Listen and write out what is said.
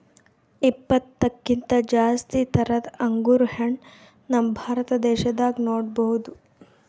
ಇಪ್ಪತ್ತಕ್ಕಿಂತ್ ಜಾಸ್ತಿ ಥರದ್ ಅಂಗುರ್ ಹಣ್ಣ್ ನಮ್ ಭಾರತ ದೇಶದಾಗ್ ನೋಡ್ಬಹುದ್